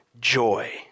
joy